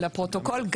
לפרוטוקול,